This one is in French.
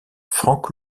frank